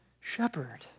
shepherd